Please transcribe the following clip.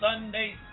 Sunday